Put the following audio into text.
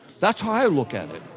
that's how i look at it.